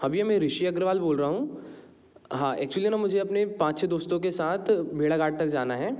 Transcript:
हाँ भैया मैं ऋषि अग्रवाल बोल रहा हूँ हाँ एक्चुअली है ना मुझे अपने पाँच छ दोस्तों के साथ भेड़ाघाट तक जाना है